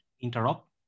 interrupt